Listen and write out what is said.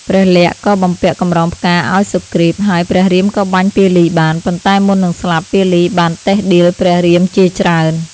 ព្រះលក្សណ៍ ក៏បំពាក់កម្រងផ្កាឱ្យសុគ្រីព ហើយព្រះរាមក៏បាញ់ពាលីបាន ប៉ុន្តែមុននឹងស្លាប់ពាលីបានតិះដៀលព្រះរាមជាច្រើន។